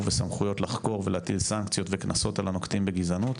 וסמכויות לחקור ולהטיל סנקציות וקנסות על הנוקטים בגזענות.